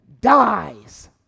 dies